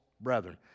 brethren